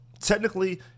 Technically